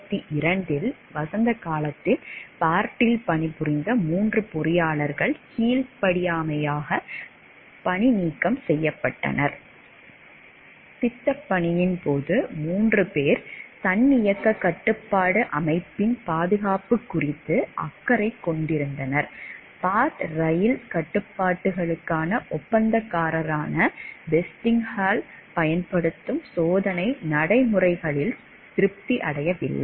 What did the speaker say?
திட்டப்பணியின் போது 3 பேர் தன்னியக்க கட்டுப்பாட்டு அமைப்பின் பாதுகாப்பு குறித்து அக்கறை கொண்டிருந்தனர் பார்ட் ரயில் கட்டுப்பாடுகளுக்கான ஒப்பந்தக்காரரான வெஸ்டிங்ஹவுஸ் பயன்படுத்தும் சோதனை நடைமுறைகளில் திருப்தி அடையவில்லை